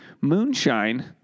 moonshine